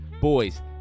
Boys